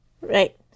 Right